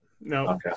no